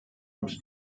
und